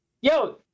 Yo